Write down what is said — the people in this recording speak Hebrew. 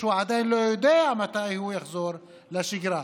הוא עדיין לא יודע מתי הוא יחזור לשגרה.